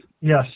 Yes